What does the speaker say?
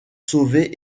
sauver